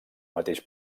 mateix